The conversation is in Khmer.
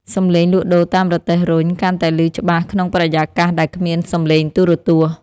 សំឡេងលក់ដូរតាមរទេះរុញ កាន់តែឮច្បាស់ក្នុងបរិយាកាសដែលគ្មានសំឡេងទូរទស្សន៍។